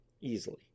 Easily